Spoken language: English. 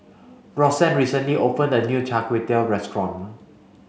Roxane recently opened a new Char Kway Teow restaurant